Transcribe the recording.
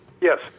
Yes